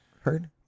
heard